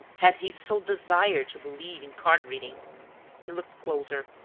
had he so desired to believe in card-reading. he looked closer,